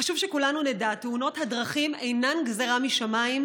חשוב שכולנו נדע: תאונות הדרכים אינן גזרה משמיים,